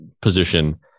position